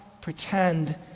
pretend